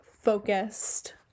focused